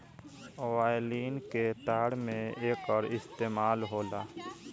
violin के तार में एकर इस्तेमाल होला